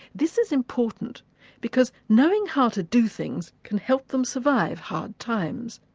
this is important because knowing how to do things can help them survive hard times.